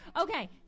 Okay